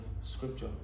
scripture